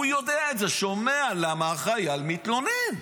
הוא יודע את זה, שומע למה החייל מתלונן.